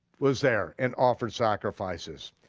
was there and offered sacrifices.